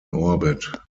orbit